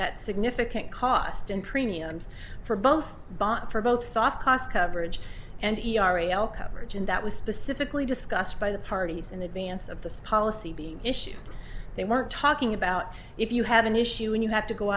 at significant cost in premiums for both bought for both soft cost coverage and a arielle coverage and that was specifically discussed by the parties in advance of this policy being issued they weren't talking about if you have an issue and you have to go